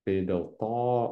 tai dėl to